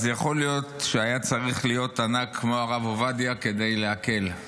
יכול להיות שהיה צריך להיות ענק כמו הרב עובדיה כדי להקל.